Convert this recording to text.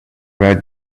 write